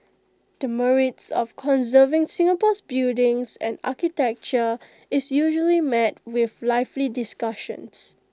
the merits of conserving Singapore's buildings and architecture is usually met with lively discussions